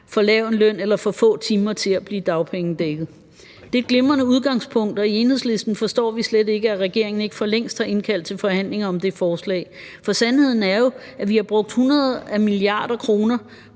for lav en løn eller for få timer til at blive dagpengedækket. Det er et glimrende udgangspunkt, og i Enhedslisten forstår vi slet ikke, at regeringen ikke for længst har indkaldt til forhandlinger om det forslag. For sandheden er jo, at vi har brugt hundrede milliarder kroner